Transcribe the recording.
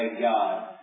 God